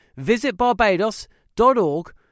visitbarbados.org